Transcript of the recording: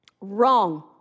wrong